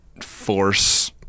force